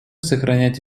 сохранять